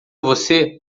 você